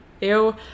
ew